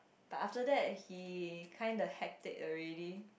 but after that he kind of hecked it already